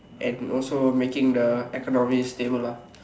and also making the economy stable lah